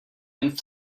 and